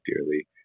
dearly